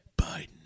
Biden